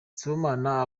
sibomana